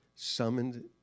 Summoned